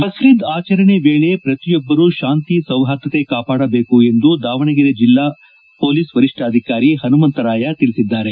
ಬಕ್ರೀದ್ ಆಚರಣೆ ವೇಳೆ ಪ್ರತಿಯೊಬ್ಬರು ಶಾಂತಿ ಸೌಹಾರ್ದತೆ ಕಾಪಾಡಬೇಕು ಎಂದು ದಾವಣಗೆರೆ ಜಿಲ್ಲಾ ಪೊಲೀಸ್ ವರಿ ್ಯಾಧಿಕಾರಿ ಪನುಮಂತರಾಯ ತಿಳಿಸಿದ್ದಾರೆ